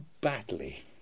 badly